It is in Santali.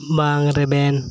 ᱵᱟᱝ ᱨᱮᱵᱮᱱ